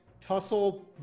tussle